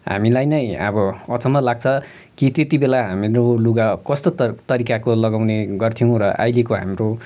हामीलाई नै अब अचम्म लाग्छ कि त्यतिबेला हामीले लउ लुगा कस्तो तर् तरिकाको लगाउने गर्थ्यौँ र अहिलेको हाम्रो